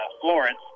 Florence